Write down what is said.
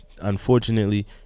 Unfortunately